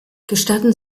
gestatten